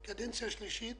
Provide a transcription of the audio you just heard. זו קדנציה שלישית,